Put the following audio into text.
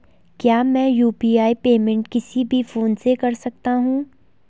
क्या मैं UPI payment किसी भी फोन से कर सकता हूँ?